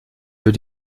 für